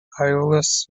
aulus